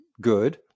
good